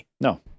No